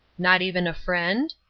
not even a friend?